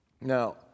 Now